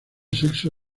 sexo